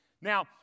Now